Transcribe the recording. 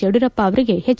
ಯಡಿಯೂರಪ್ಪ ಅವರಿಗೆ ಎಚ್